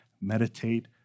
meditate